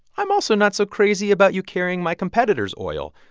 i'm also not so crazy about you carrying my competitors' oil.